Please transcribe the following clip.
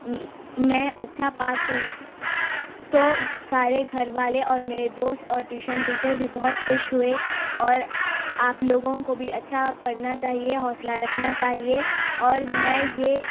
میں اچھا پاس ہوئی تو سارے گھر والے اور میرے دوست اور ٹیوشن ٹیچر بھی بہت خوش ہوئے اور آپ لوگوں کو بھی اچھا پڑھنا چاہیے حوصلہ رکھنا چاہیے اور میں یہ